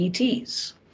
ETs